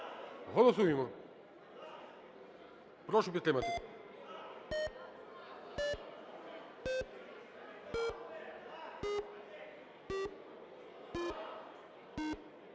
Голосуємо. Прошу підтримати.